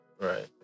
right